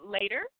later